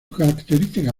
característica